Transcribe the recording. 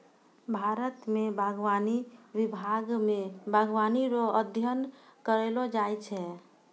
भारत मे बागवानी विभाग मे बागवानी रो अध्ययन करैलो जाय छै